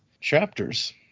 chapters